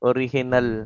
Original